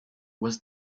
was